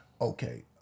Okay